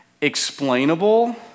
explainable